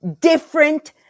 different